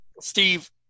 Steve